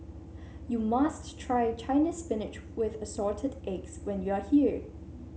you must try Chinese Spinach with Assorted Eggs when you are here